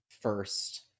first